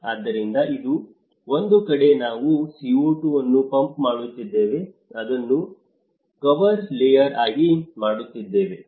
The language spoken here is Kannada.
ಆದ್ದರಿಂದ ಒಂದು ಕಡೆ ನಾವು CO2 ಅನ್ನು ಪಂಪ್ ಮಾಡುತ್ತಿದ್ದೇವೆ ಅದನ್ನು ಕವರ್ ಲೇಯರ್ ಆಗಿ ಮಾಡುತ್ತಿದ್ದೇವೆ